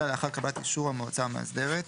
אלא לאחר קבלת אישור המועצה המאסדרת.